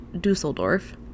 dusseldorf